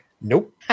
Nope